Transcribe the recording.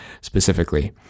specifically